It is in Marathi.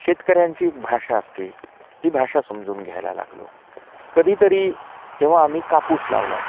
शेतकऱ्यांची एक भाषा असते ती भाषा समजून घ्यायला लागलो कधीतरी जेव्हा आम्ही कापूस लावला